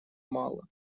мало